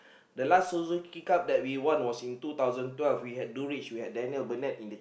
the last Suzuki-Cup that we won was in two thousand twelve we had Durich we had Daniel-Bennett in the